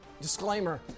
Disclaimer